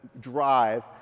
drive